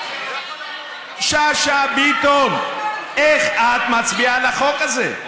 לילד שלי יש, שאשא ביטון, איך את מצביעה לחוק הזה?